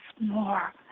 more